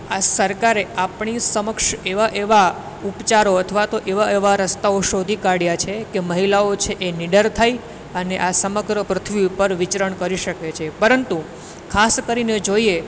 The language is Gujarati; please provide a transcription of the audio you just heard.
આ સરકારે આપણી સમક્ષ એવા એવા ઉપચારો અથવા તો એવા એવા રસ્તાઓ શોધી કાઢ્યા છે કે મહિલાઓ નીડર થઈ અને આ સમગ્ર પૃથ્વી ઉપર પરિભ્રમણ થઈ શકે પરંતુ ખાસ કરીને જોઈએ